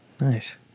Nice